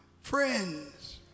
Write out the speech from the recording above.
friends